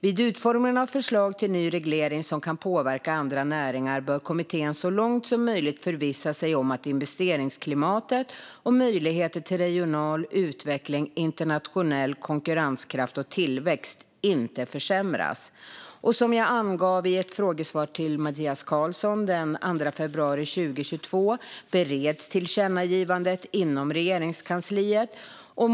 Vid utformningen av förslag till ny reglering som kan påverka andra näringar bör kommittén så långt som möjligt förvissa sig om att investeringsklimatet och möjligheter till regional utveckling, internationell konkurrenskraft och tillväxt inte försämras. Som jag angav i ett frågesvar till Mattias Karlsson den 2 februari 2022 bereds tillkännagivandet inom Regeringskansliet.